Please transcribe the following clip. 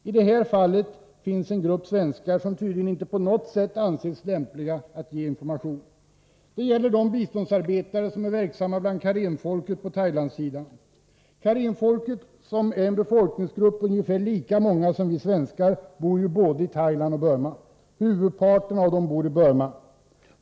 I det här fallet finns en grupp svenskar som tydligen inte på något sätt ansetts lämpliga att lämna information. Det gäller de biståndsarbetare som är verksamma bland Karenfolket på Thailandssidan. Karenfolket, som är en befolkningsgrupp med ungefär lika många människor som vi svenskar, bor ju både i Thailand och i Burma. Huvudparten av dem bor i Burma.